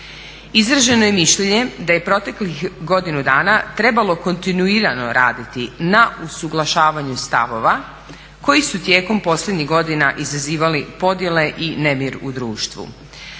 Izraženo je mišljenje da je proteklih godinu dana trebalo kontinuirano raditi na usuglašavanju stavova koji su tijekom posljednjih godina izazivali podjele i nemir u društvu.